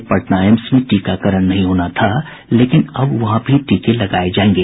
पहले पटना एम्स में टीकाकरण नहीं होना था लेकिन अब वहां भी टीके लगाये जायेंगे